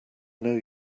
know